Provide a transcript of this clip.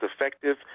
effective